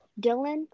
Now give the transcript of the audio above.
Dylan